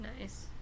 Nice